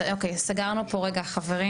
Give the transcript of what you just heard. בסדר, אוקיי, סגרנו פה רגע חברים.